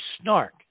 Snark